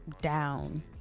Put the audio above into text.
down